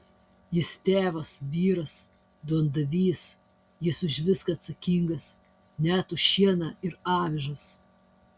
jis tėvas vyras duondavys jis už viską atsakingas net už šieną ir avižas